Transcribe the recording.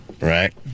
Right